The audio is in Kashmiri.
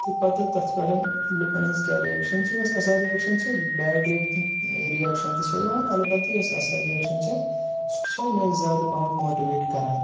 تہٕ پَتہٕ تَتھ پٮ۪ٹھ لُکَن ہٕنٛز کیٛاہ رِیَکشَن چھِ یۄس اَصٕل رِیَکشَن چھِ بیڈ رِیَکشَن تہِ چھےٚ یِوان البتہ یۄس اَصٕل رِیَکشَن چھےٚ سۄ چھےٚ مےٚ زیادٕ پَہمَتھ ماٹِویٹ کَران